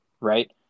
Right